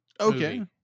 okay